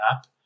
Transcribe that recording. app